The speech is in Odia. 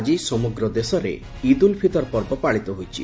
ଆଜି ସମଗ୍ର ଦେଶରେ ଇଦ୍ ଉଲ୍ ଫିତର୍ ପର୍ବ ପାଳିତ ହୋଇଛି